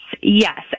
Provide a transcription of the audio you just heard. yes